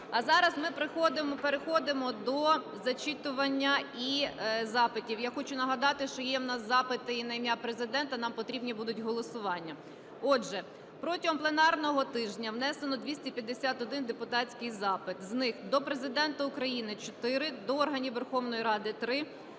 А зараз ми переходимо до зачитування і запитів. Я хочу нагадати, що є в нас запити і на ім'я Президента, нам потрібні будуть голосування. Отже, протягом пленарного тижня внесено 251 депутатський запит. З них до Президента України – 4, до органів Верховної Ради –